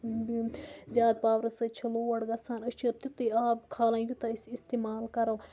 زیادٕ پاور سۭتۍ چھِ لوڈ گَژھان أسۍ چھِ تِتُے آب کھالان یوٗتاہ أسۍ اِستعمال کَرو